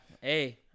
Hey